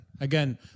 again